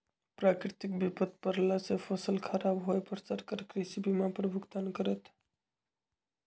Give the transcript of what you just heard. प्राकृतिक विपत परला से फसल खराब होय पर सरकार कृषि बीमा पर भुगतान करत